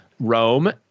Rome